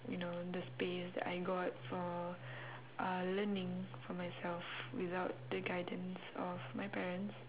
you know the space that I got for uh learning for myself without the guidance of my parents